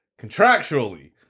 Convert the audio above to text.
contractually